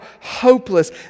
hopeless